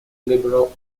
liberal